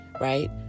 right